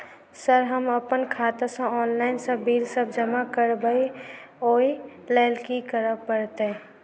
Sir हम अप्पन खाता सऽ ऑनलाइन सऽ बिल सब जमा करबैई ओई लैल की करऽ परतै?